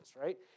right